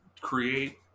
create